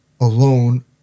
alone